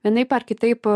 vienaip ar kitaip